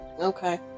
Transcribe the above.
Okay